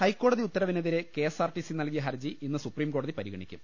ഹൈക്കോടതി ഉത്തരവിനെതിരെ K S R T C നൽകിയ ഹർജി ഇന്ന് സുപ്രീംകോടതി പരിഗണിക്കും